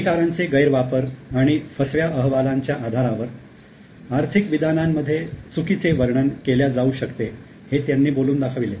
अधिकारांचे गैरवापर आणि फसव्या अहवालांच्या आधारावर आर्थिक विधानांमध्ये चुकीचे वर्णन केल्या जाऊ शकते हे त्यांनी बोलून दाखविले